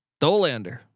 Dolander